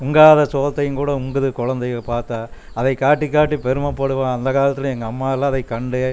உண்காத சோற்றையும் கூட உண்குது குழந்தைக பார்த்தா அதை காட்டிக் காட்டி பெருமைப்படுவோம் அந்த காலத்தில் எங்கள் அம்மாலாம் அதைக் கண்டு